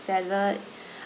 salad